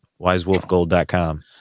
Wisewolfgold.com